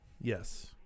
Yes